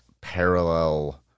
parallel